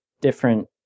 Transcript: different